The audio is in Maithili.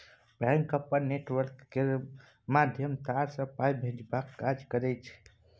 बैंक अपन नेटवर्क केर माध्यमे तार सँ पाइ भेजबाक काज करय छै